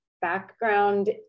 background